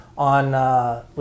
on